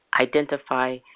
identify